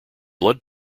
blood